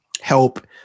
help